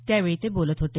त्यावेळी ते बोलत होते